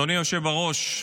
אדוני היושב בראש,